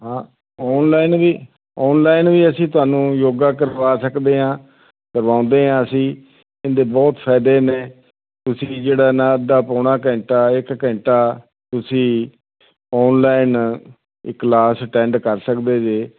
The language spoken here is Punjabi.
ਹਾਂ ਓਨਲਾਈਨ ਵੀ ਓਨਲਾਈਨ ਵੀ ਅਸੀਂ ਤੁਹਾਨੂੰ ਯੋਗਾ ਕਰਵਾ ਸਕਦੇ ਹਾਂ ਕਰਵਾਉਂਦੇ ਹਾਂ ਅਸੀਂ ਇਹਦੇ ਬਹੁਤ ਫਾਇਦੇ ਨੇ ਤੁਸੀਂ ਜਿਹੜਾ ਨਾ ਅੱਧਾ ਪੌਣਾ ਘੰਟਾ ਇੱਕ ਘੰਟਾ ਤੁਸੀਂ ਓਨਲਾਈਨ ਕਲਾਸ ਅਟੈਂਡ ਕਰ ਸਕਦੇ ਜੀ